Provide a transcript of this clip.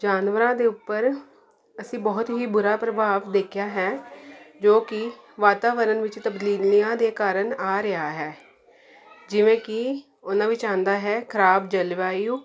ਜਾਨਵਰਾਂ ਦੇ ਉੱਪਰ ਅਸੀਂ ਬਹੁਤ ਹੀ ਬੁਰਾ ਪ੍ਰਭਾਵ ਦੇਖਿਆ ਹੈ ਜੋ ਕਿ ਵਾਤਾਵਰਨ ਵਿੱਚ ਤਬਦੀਲੀਆਂ ਦੇ ਕਾਰਨ ਆ ਰਿਹਾ ਹੈ ਜਿਵੇਂ ਕਿ ਉਹਨਾਂ ਵਿੱਚ ਆਉਂਦਾ ਹੈ ਖਰਾਬ ਜਲਵਾਯੂ